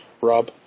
Rob